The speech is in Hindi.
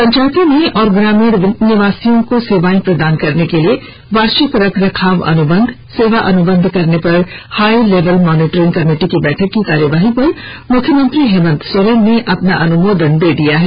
पंचायतों में और ग्रामीण निवासियों को सेवाएं प्रदान करने के लिए वार्षिक रख रखाव अनुबंध सेवा अनुबंध करने पर हाई लेवल मॉनिटरिंग कमेटी की बैठक की कार्यवाही पर मुख्यमंत्री हेमंत सोरेन ने अपना अनुमोदन दे दिया है